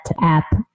app